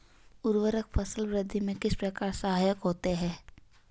उर्वरक फसल वृद्धि में किस प्रकार सहायक होते हैं?